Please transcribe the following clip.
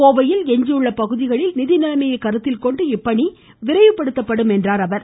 கோவையில் எஞ்சியுள்ள பகுதிகளில் நிதிநிலைமையை கருத்தில்கொண்டு இப்பணி விரைவுபடுத்தபப்டும் என்றார் அவர்